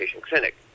clinic